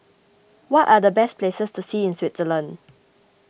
what are the best places to see in Switzerland